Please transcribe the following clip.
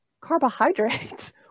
carbohydrates